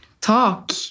talk